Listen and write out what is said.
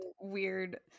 weird